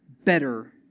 better